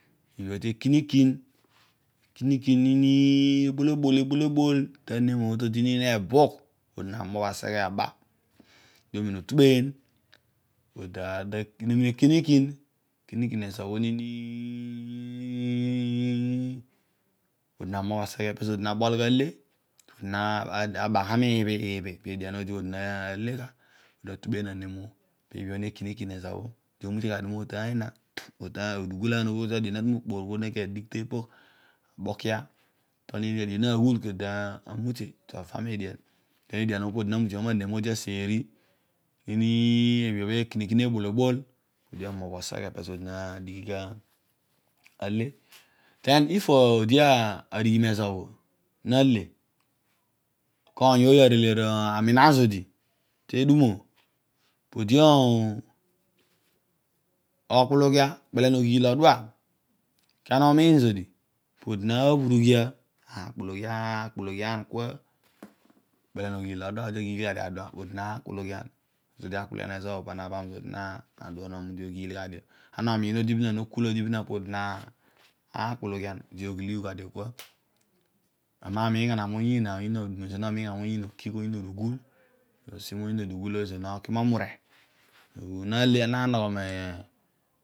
Ibhi bho te kinikin, ekinikin nini nini ni, ebolobol, ebolobol, ebolobol, tanem obho todi nini nebugh podi ne mubh aseghe aba podi omina otubeeny, odi ta kite mina ekinikin, ekinikin ezo bho nini odi na mubh aseghe pezo odi na bol gha ale, pibhi bho nekinikin ezo bho, odi omute gha motaany na, otuany, udugulaan obho adio na tu ma kporon kodi naki adigh topogh, aobkia, may be adio na ghul kedio odi temute atu ava median kedio edian bho odi namutiom gha manem odi aseeri nini ibhi bho ekinikin ebolobol odi oghiil gha dia adua podi na kpulughian, ezo odi akpulughian ezo bho pana na bham zodi nadua odi oghiil gha dio, ana omiin odi benaan, ana ukul odi be podi na kpulughia, odi oghiilughu gha kua ami namiin gha na moyiin oyiin aduma ezoor nomiin gha mudugul okigh, odugul obho ezoor noki momure, nale nanogho rua le.